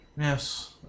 Yes